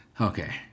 Okay